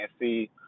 see